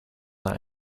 that